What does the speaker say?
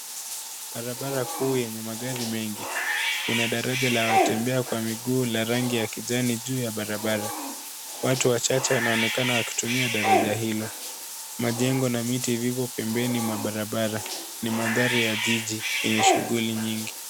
Barabara kuu lenye magari mengi. Kuna daraja la watembea kwa miguu la rangi ya kijani juu ya barabara. Watu wachache wanaonekana wakitumia daraja hilo. Majengo na miti vivyo pembeni, mwa barabara. Ni mandhari ya jiji yenye shughuli nyingi.